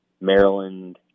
Maryland